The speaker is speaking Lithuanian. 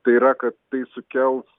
tai yra kad tai sukels